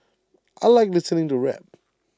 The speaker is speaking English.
I Like listening to rap